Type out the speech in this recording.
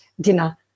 dinner